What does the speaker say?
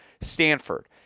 Stanford